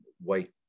white